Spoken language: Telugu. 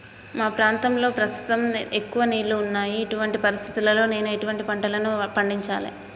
మా ప్రాంతంలో ప్రస్తుతం ఎక్కువ నీళ్లు ఉన్నాయి, ఇటువంటి పరిస్థితిలో నేను ఎటువంటి పంటలను పండించాలే?